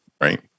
Right